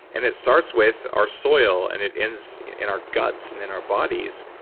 and it starts with our soil, and it ends in our guts, and in our bodies.